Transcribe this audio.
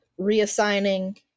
reassigning